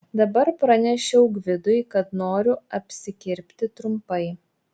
dabar pranešiau gvidui kad noriu apsikirpti trumpai